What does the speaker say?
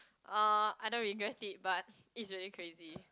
uh I don't regret it but it's really crazy